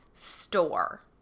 Store